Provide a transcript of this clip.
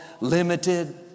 limited